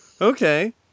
Okay